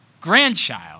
grandchild